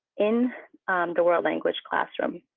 in the world language classroom.